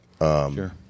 Sure